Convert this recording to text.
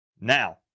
Now